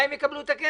מתי הם יקבלו את הכסף?